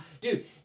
Dude